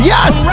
Yes